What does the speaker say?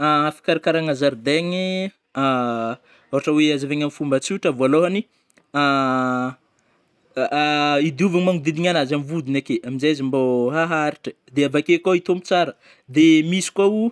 Fikarakaragna zaridaigny, a ôhatra oe azavaigny am fomba tsotra vôlôhagny, a a hidiovagna magnodidigny anazy am vodigny ake, amzay izy mbô haharitry ai, de avake koa hitombo tsara de misy koa ho